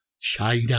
China